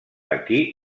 aquí